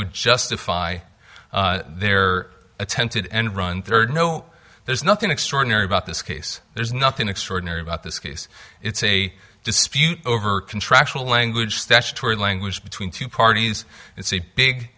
would justify their attempted end run third no there's nothing extraordinary about this case there's nothing extraordinary about this case it's a dispute over contractual language statutory language between two parties it's a